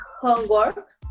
homework